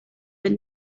will